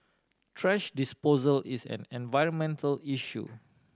thrash disposal is an environmental issue